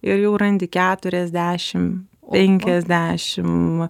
ir jau randi keturiasdešim penkiasdešim